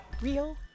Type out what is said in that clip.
Real